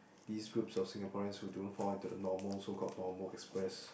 these groups of Singaporeans who don't fall into the normal so called normal express